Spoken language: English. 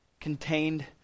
contained